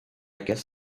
guess